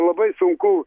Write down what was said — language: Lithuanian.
labai sunku